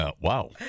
wow